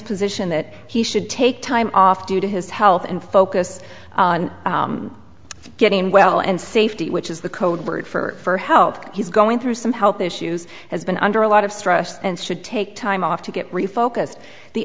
position that he should take time off due to his health and focus on getting well and safety which is the code word for help he's going through some health issues has been under a lot of stress and should take time off to get refocused the